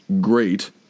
great